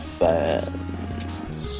fans